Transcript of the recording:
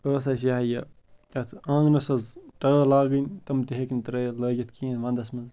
ٲس اَسہِ یہِ ہَہ یہِ یَتھ آنٛگنَس حظ ٹٲل لاگٕنۍ تِم تہٕ ہیٚکہِ نہٕ ترٛٲیِتھ لٲگِتھ کِہیٖنۍ ونٛدَس منٛز